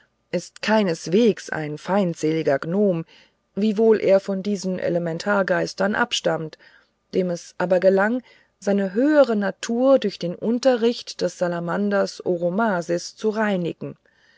ist keinesweges ein feindseliger gnome wiewohl er von einem dieser elementargeister abstammt dem es aber gelang seine höhere natur durch den unterricht des salamanders oromasis zu reinigen